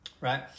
Right